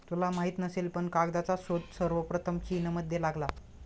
तुला माहित नसेल पण कागदाचा शोध सर्वप्रथम चीनमध्ये लागला